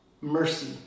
mercy